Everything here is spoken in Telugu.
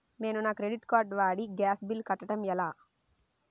నేను నా క్రెడిట్ కార్డ్ వాడి గ్యాస్ బిల్లు కట్టడం ఎలా?